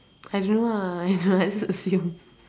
I don't know ah I don't know I just assume